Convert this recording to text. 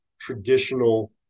traditional